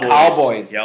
Cowboys